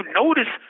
notice